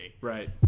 right